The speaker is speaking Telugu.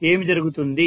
ఏమి జరుగుతుంది